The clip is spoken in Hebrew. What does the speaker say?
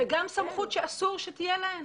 -- וגם סמכות שאסור שתהיה להן,